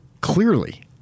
Clearly